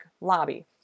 lobby